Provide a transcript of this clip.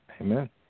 Amen